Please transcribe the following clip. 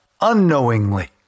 unknowingly